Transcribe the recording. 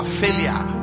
failure